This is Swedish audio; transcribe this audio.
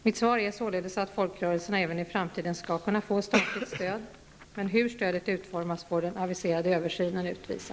Mitt svar är således att folkrörelserna även i framtiden skall kunna få statligt stöd. Hur stödet utformas får den aviserade översynen utvisa.